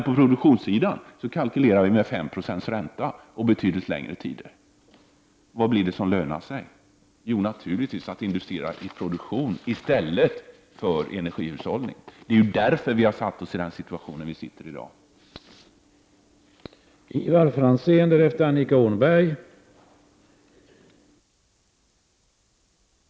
På produktionssidan kalkylerar man med 5 90 ränta och betydligt längre tid. Vad är det som lönar sig? Jo, naturligtvis att investera i produktion i stället för i energihushållning. Det är därför som vi har den situation som vi i dag har.